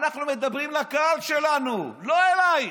אנחנו מדברים לקהל שלנו, לא אלייך.